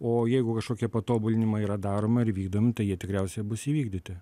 o jeigu kažkokie patobulinimai yra daroma ir vykdomi tai jie tikriausiai bus įvykdyti